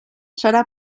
serà